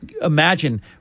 Imagine